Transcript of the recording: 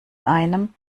einem